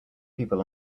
people